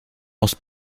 aus